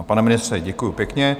Pane ministře, děkuji pěkně.